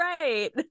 right